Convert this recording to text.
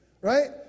right